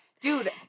Dude